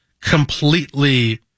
completely